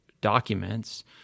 documents